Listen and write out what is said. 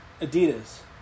Adidas